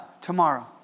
tomorrow